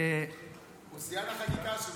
הוא שיאן החקיקה השבוע,